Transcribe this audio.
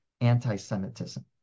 anti-Semitism